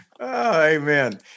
Amen